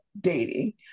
dating